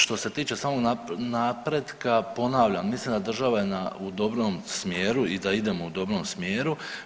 Što se tiče samog napretka, ponavljam mislim da država je u dobrom smjeru i da idemo u dobrom smjeru.